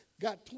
got